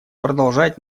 продолжать